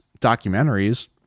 documentaries